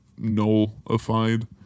nullified